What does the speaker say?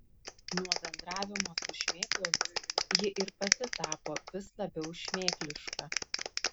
nuo bendravimo su šmėklomis ji ir pati tapo vis labiau šmėkliška